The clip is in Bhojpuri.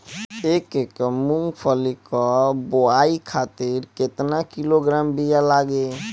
एक एकड़ मूंगफली क बोआई खातिर केतना किलोग्राम बीया लागी?